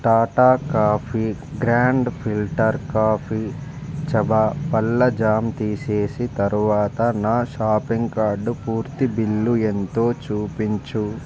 Tata coffee grand filter coffee చబా పళ్ల jam తీసేసి తరువాత నా షాపింగ్ కార్టు పూర్తి బిల్లు ఎంతో చూపించు